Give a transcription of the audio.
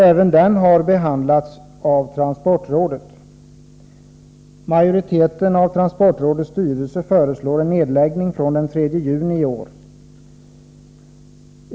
Även den har behandlats itransportrådet. Majoriteten av transportrådets styrelse föreslår en nedläggning från den 3 juni i år.